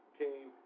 came